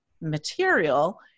material